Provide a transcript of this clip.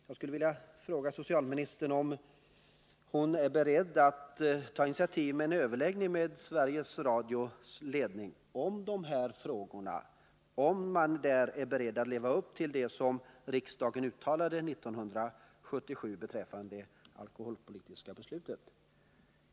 Jag skulle vilja fråga socialministern om hon är beredd att ta initiativ till en överläggning med Sveriges Radios ledning om de här frågorna och efterhöra om man där är beredd att leva upp till det som riksdagen uttalade 1977 i samband med det alkoholpolitiska beslutet.